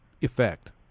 effect